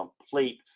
complete